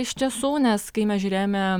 iš tiesų nes kai mes žiūrėjome